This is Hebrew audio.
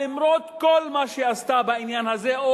למרות כל מה שהיא עשתה בעניין הזה,